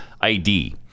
ID